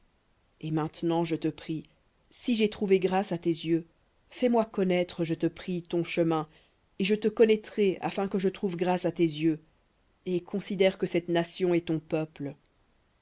et maintenant je te prie si j'ai trouvé grâce à tes yeux fais-moi connaître je te prie ton chemin et je te connaîtrai afin que je trouve grâce à tes yeux et considère que cette nation est ton peuple